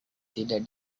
tidak